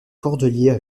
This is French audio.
cordeliers